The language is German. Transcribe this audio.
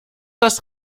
das